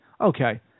okay